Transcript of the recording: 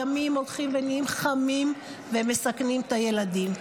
הימים הולכים ונהיים חמים, והם מסכנים את הילדים.